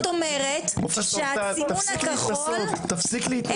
פרופ' טל, תפסיק להתנשא.